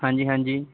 ਹਾਂਜੀ ਹਾਂਜੀ